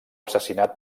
assassinat